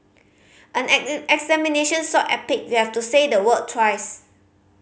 an examination so epic you have to say the word twice